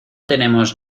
tenemos